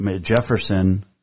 Jefferson